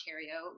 Ontario